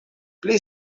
pli